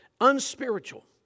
unspiritual